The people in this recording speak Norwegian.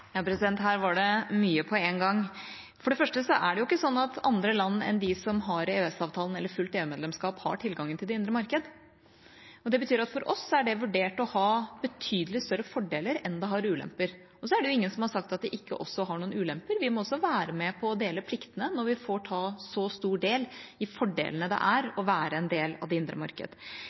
Her var det mye på en gang. For det første er det ikke slik at andre land enn de som har EØS-avtalen, eller fullt EU-medlemskap, har tilgang til det indre marked. Det betyr at for oss er det vurdert å ha betydelig større fordeler enn det har ulemper. Og så er det ingen som har sagt at det ikke også har noen ulemper. Vi må også være med på å dele pliktene når vi får ta så stor del i fordelene ved å være en del av det indre marked.